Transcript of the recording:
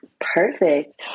Perfect